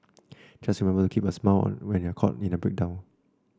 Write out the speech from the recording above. just remember to keep that smile on when you're caught in a breakdown